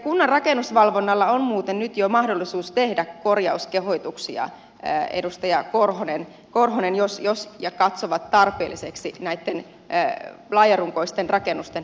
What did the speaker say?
kunnan rakennusvalvonnalla on muuten nyt jo mahdollisuus tehdä korjauskehotuksia edustaja korhonen jos katsovat tarpeelliseksi näitten laajarunkoisten rakennusten osalta